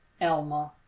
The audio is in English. Elma